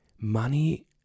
money